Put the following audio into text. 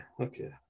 okay